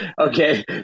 Okay